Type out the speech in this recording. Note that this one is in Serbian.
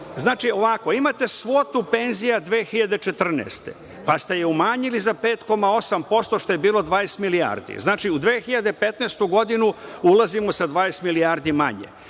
Znači, imate svotu penzija 2014. godine pa ste je umanjili za 5,8%, što je bilo 20 milijardi. U 2015. godinu ulazimo sa 20 milijardi manje,